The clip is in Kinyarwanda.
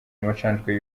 amacandwe